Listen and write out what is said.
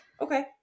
Okay